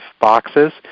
boxes